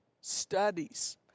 studies